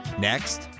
Next